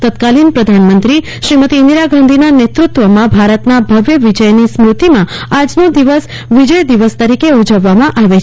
તત્કાલીન પ્રધાનમંત્રી શ્રીમતી ઇન્દિરા ગાંધીના નેતૃત્વમાં ભારતના ભવ્ય વિજયની સ્મૃતિમાં આજનો દિવસ વિજય દિવસ તરીકે ઉજવવામાં આવે છે